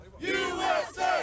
USA